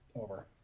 over